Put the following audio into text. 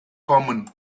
common